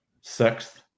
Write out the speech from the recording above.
sixth